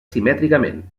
simètricament